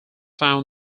found